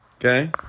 Okay